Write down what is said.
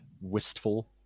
wistful